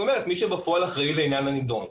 אומרת שמי שבפועל אחראי לעניין הנדון.